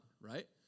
right